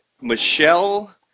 Michelle